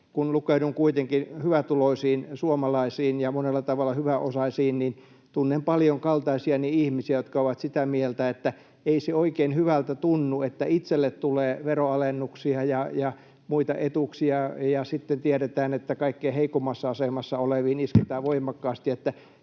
kun lukeudun kuitenkin hyvätuloisiin suomalaisiin ja monella tavalla hyväosaisiin, niin tunnen paljon kaltaisiani ihmisiä, jotka ovat sitä mieltä, että ei se oikein hyvältä tunnu, että itselle tulee veronalennuksia ja muita etuuksia ja sitten tiedetään, että kaikkein heikoimmassa asemassa oleviin isketään voimakkaasti.